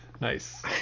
nice